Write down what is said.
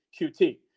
QT